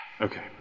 Okay